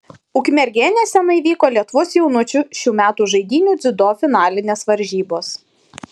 ukmergėje neseniai vyko lietuvos jaunučių šių metų žaidynių dziudo finalinės varžybos